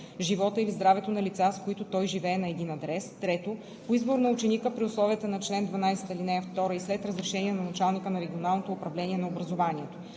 живота или здравето на лица, с които той живее на един адрес; 3. по избор на ученика при условията на чл. 12, ал. 2 и след разрешение на началника на регионалното управление на образованието.